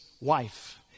wife